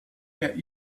get